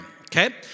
Okay